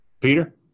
Peter